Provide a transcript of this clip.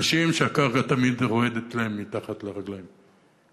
אנשים שהקרקע תמיד רועדת להם מתחת לרגליים.